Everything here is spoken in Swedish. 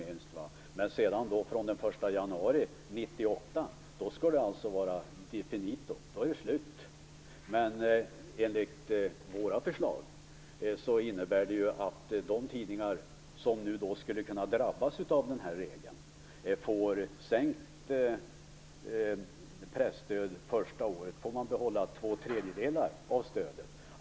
Men från den 1/1 1998 skall det alltså vara finito. Då är det slut. Våra förslag innebär däremot att de tidningar som skulle kunna drabbas av den här regeln får sänkt presstöd. Första året får man behålla två tredjedelar av stödet.